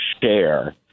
share